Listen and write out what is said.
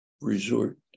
resort